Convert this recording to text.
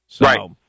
Right